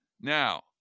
Now